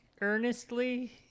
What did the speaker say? earnestly